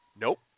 Nope